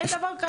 אין דבר כזה.